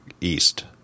east